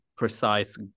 precise